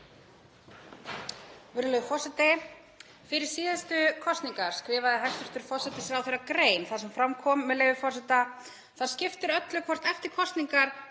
Virðulegi forseti. Fyrir síðustu kosningar skrifaði hæstv. forsætisráðherra grein þar sem fram kom, með leyfi forseta: „Það skiptir öllu hvort eftir kosningar